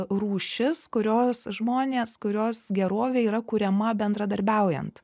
rūšis kurios žmonės kurios gerovė yra kuriama bendradarbiaujant